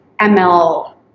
ML